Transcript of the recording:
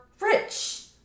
rich